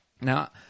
Now